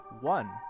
One